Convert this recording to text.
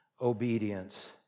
obedience